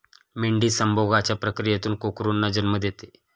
मेंढी संभोगाच्या प्रक्रियेतून कोकरूंना जन्म देते